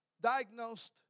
Diagnosed